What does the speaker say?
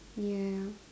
ya